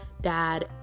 dad